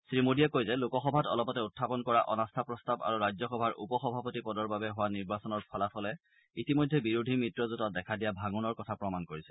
শ্ৰীমোডীয়ে কয় যে লোকসভাত অলপতে উখাপন কৰা অনাস্থা প্ৰস্তাৱ আৰু ৰাজ্যসভাৰ উপ সভাপতি পদৰ বাবে হোৱা নিৰ্বাচনৰ ফলাফলে ইতিমধ্যে বিৰোধী মিত্ৰজোঁটত দেখা দিয়া ভাঙোনৰ কথা প্ৰমাণ কৰিছে